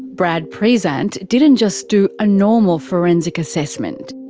brad prezant didn't just do a normal forensic assessment.